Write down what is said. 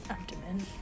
abdomen